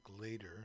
later